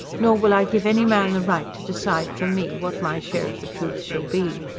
nor will i give any man the right to decide for me what my share of the truth shall be.